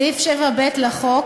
סעיף 7ב לחוק